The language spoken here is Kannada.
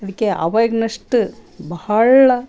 ಅದಕ್ಕೆ ಅವಾಗಿನಷ್ಟು ಬಹಳ